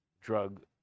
drug